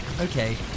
Okay